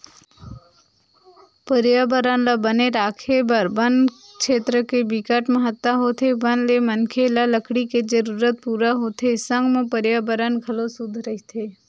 परयाबरन ल बने राखे बर बन छेत्र के बिकट महत्ता होथे बन ले मनखे ल लकड़ी के जरूरत पूरा होथे संग म परयाबरन घलोक सुद्ध रहिथे